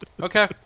Okay